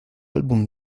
álbum